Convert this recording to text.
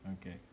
Okay